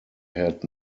had